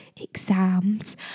exams